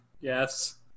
Yes